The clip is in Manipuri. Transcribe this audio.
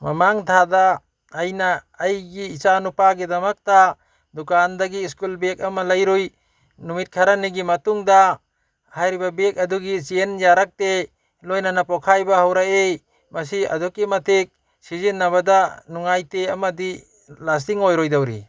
ꯃꯃꯥꯡ ꯊꯥꯗ ꯑꯩꯅ ꯑꯩꯒꯤ ꯏꯆꯥ ꯅꯨꯄꯥꯒꯤꯗꯃꯛꯇ ꯗꯨꯀꯥꯟꯗꯒꯤ ꯁ꯭ꯀꯨꯜ ꯕꯦꯛ ꯑꯃ ꯂꯩꯔꯨꯏ ꯅꯨꯃꯤꯠ ꯈꯔꯅꯤꯒꯤ ꯃꯇꯨꯡꯗ ꯍꯥꯏꯔꯤꯕ ꯕꯦꯛ ꯑꯗꯨꯒꯤ ꯆꯦꯟ ꯌꯥꯔꯛꯇꯦ ꯂꯣꯏꯅꯅ ꯄꯣꯈꯥꯏꯕ ꯍꯧꯔꯛꯏ ꯃꯁꯤ ꯑꯗꯨꯛꯀꯤ ꯃꯇꯤꯛ ꯁꯤꯖꯤꯟꯅꯕꯗ ꯅꯨꯡꯉꯥꯏꯇꯦ ꯑꯃꯗꯤ ꯂꯥꯁꯇꯤꯡ ꯑꯣꯏꯔꯣꯏꯗꯧꯔꯤ